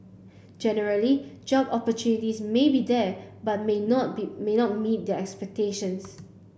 generally job opportunities may be there but may not be may not meet their expectations